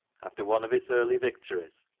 after one of its early victories,